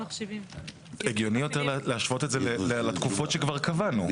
הגיוני יותר להשוות את זה לתקופות שכבר קבענו,